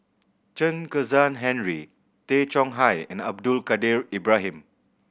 Chen Kezhan Henri Tay Chong Hai and Abdul Kadir Ibrahim